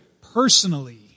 personally